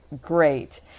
great